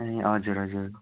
ए हजुर हजुर